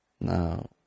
now